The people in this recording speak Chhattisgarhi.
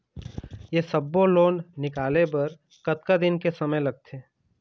ये सब्बो लोन निकाले बर कतका दिन के समय लगथे?